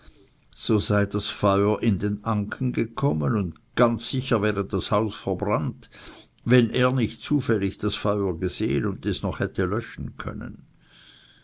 so sei das feuer in den anken gekommen und ganz sicher wäre das haus verbrannt wenn er nicht zufällig das feuer gesehen und es noch hätte löschen können